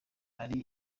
ari